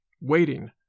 waiting